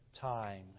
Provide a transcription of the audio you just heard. time